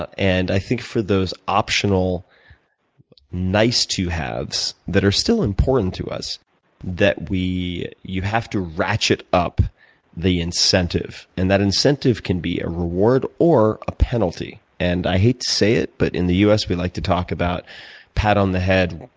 ah and i think for those optional nice to haves that are still important to us that you have to ratchet up the incentive. and that incentive can be a reward or a penalty. and i hate to say it, but in the us, we like to talk about a pat on the head,